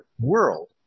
world